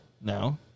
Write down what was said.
No